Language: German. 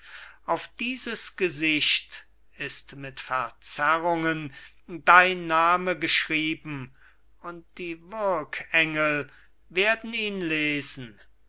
auf dieses gesicht ist mit verzerrungen dein name geschrieben und die würgengel werden ihn lesen eine